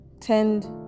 Tend